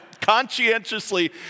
conscientiously